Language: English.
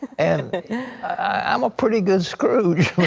and i'm a pretty good scrooge.